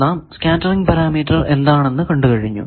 നാം scattering parameter എന്താണെന്നു കണ്ടു കഴിഞ്ഞു